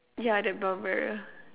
yeah that brown barrier